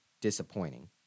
disappointing